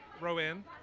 Rowan